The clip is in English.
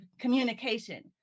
communication